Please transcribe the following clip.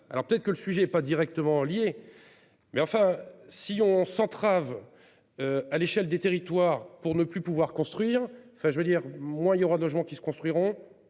peut-être que le sujet est pas directement lié. Mais enfin si on s'entrave. À l'échelle des territoires pour ne plus pouvoir construire enfin je veux dire moi, il y aura de logements qui se construiront